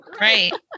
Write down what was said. Right